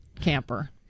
camper